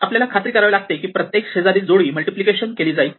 आपल्याला खात्री करावी लागते की प्रत्येक शेजारील जोडी मल्टिप्लिकेशन केली जाईल